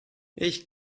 ich